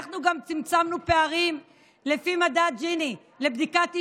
אנחנו גם צמצמנו פערים לפי מדד ג'יני לבדיקת האי-שוויון.